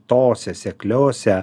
tose sekliose